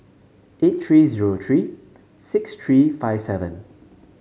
eight three zero three six three five seven